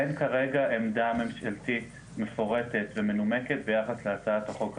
אין כרגע עמדה ממשלתית מפורטת ומנומקת ביחס להצעת החוק הזו.